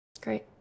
Great